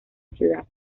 ciudad